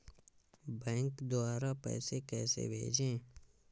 Bank द्वारा पैसे कैसे भेजें?